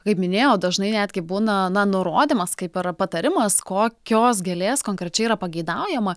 kaip minėjau dažnai netgi būna na nurodymas kaip ir patarimas kokios gėlės konkrečiai yra pageidaujama